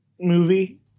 movie